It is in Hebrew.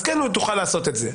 אז כן תוכל לעשות את זה.